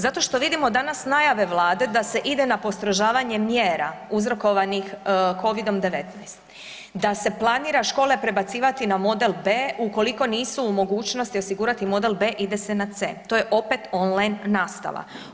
Zato što vidimo danas najave vlade da se ide na postrožavanje mjera uzrokovanih Covid-19, da se planira škole prebacivati na model B, ukoliko nisu u mogućnosti osigurati model B ide se na C, to je opet on line nastava.